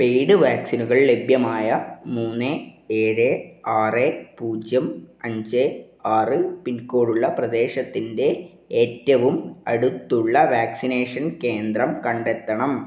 paid വാക്സിനുകൾ ലഭ്യമായ മൂന്ന് ഏഴ് ആറ് പൂജ്യം അഞ്ച് ആറ് പിൻകോഡുള്ള പ്രദേശത്തിൻ്റെ ഏറ്റവും അടുത്തുള്ള വാക്സിനേഷൻ കേന്ദ്രം കണ്ടെത്തണം